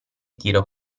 tiro